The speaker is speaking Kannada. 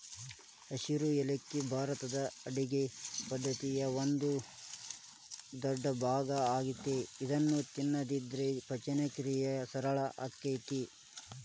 ಹಸಿರು ಯಾಲಕ್ಕಿ ಭಾರತದ ಅಡುಗಿ ಪದ್ದತಿಯ ಒಂದ ದೊಡ್ಡಭಾಗ ಆಗೇತಿ ಇದನ್ನ ತಿನ್ನೋದ್ರಿಂದ ಪಚನಕ್ರಿಯೆ ಸರಳ ಆಕ್ಕೆತಿ